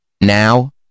Now